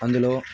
అందులో